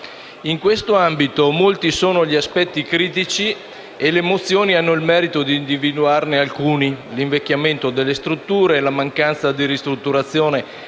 In questo ambito molti sono gli aspetti critici e le mozioni hanno il merito di individuarne alcuni: l’invecchiamento delle strutture, la mancanza di ristrutturazione